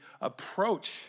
approach